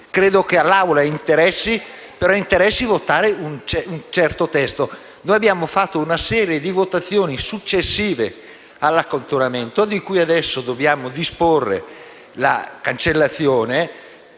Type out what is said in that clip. che anche all'Assemblea interessi, ma interessi votare un certo testo. Abbiamo fatto una serie di votazioni successive all'accantonamento, di cui adesso dobbiamo disporre la cancellazione.